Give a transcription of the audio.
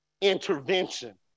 intervention